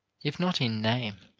if not in name,